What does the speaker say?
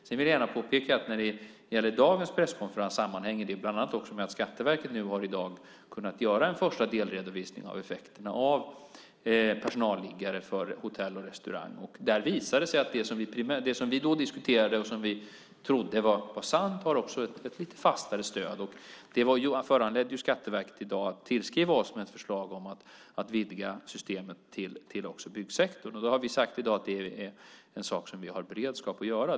Jag vill gärna påpeka att dagens presskonferens sammanhänger med att Skatteverket i dag har kunnat göra en första delredovisning av effekterna av personalliggare för hotell och restauranger. Där visar det sig att det som vi då diskuterade och som vi trodde var sant också har lite fastare stöd. Det föranledde Skatteverket att i dag tillskriva oss med ett förslag om att vidga systemet också till byggsektorn. Vi har sagt i dag att det är en sak som vi har beredskap att göra.